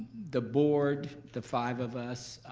the board, the five of us,